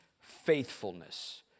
faithfulness